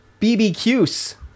BBQ's